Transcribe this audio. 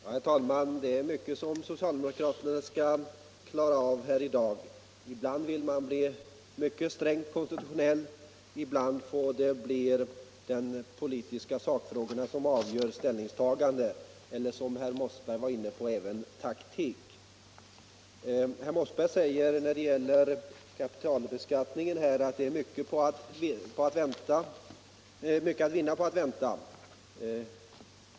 Herr talman! Det är mycket som socialdemokraterna skall klara av här i dag. Ibland vill de hålla sig mycket strängt till det konstitutionella, ibland får det mera bli de politiska sakfrågorna som avgör ställningstagandena, och ibland kan det, som herr Mossberg var inne på, bli fråga om taktik. Herr Mossberg sade på tal om kapitalbeskattningen att det finns mycket att vinna på att vänta.